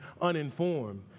uninformed